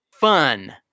fun